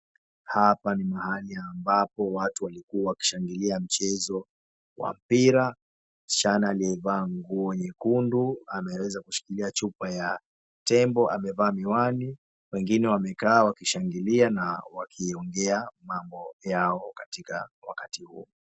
Hapa ni mahali ambapo watu wamekuwa wakishangilia mchezo wa mpira. Msichana aliyevaa nguo nyekundu ameweza kushikilia chupa ya tembo. Amevaa miwani, wengine wamekaa wakishangilia na wakiongea mambo yao katika wakati huo.